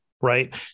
right